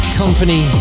company